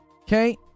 Okay